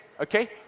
Okay